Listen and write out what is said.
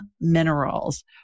Minerals